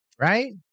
right